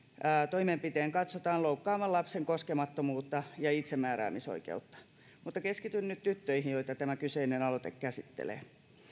toimenpiteen katsotaan loukkaavan lapsen koskemattomuutta ja itsemääräämisoikeutta mutta keskityn nyt tyttöihin joita tämä kyseinen aloite käsittelee